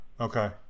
okay